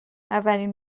اولین